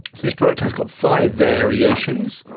this product has got five variations,